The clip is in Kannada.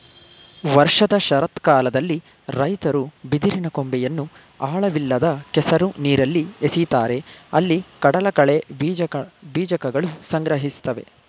ವರ್ಷದ ಶರತ್ಕಾಲದಲ್ಲಿ ರೈತರು ಬಿದಿರಿನ ಕೊಂಬೆಯನ್ನು ಆಳವಿಲ್ಲದ ಕೆಸರು ನೀರಲ್ಲಿ ಎಸಿತಾರೆ ಅಲ್ಲಿ ಕಡಲಕಳೆ ಬೀಜಕಗಳು ಸಂಗ್ರಹಿಸ್ತವೆ